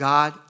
God